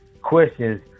questions